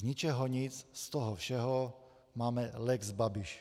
Z ničeho nic z toho všeho máme lex Babiš.